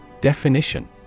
Definition